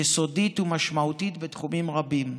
יסודית ומשמעותית בתחומים רבים.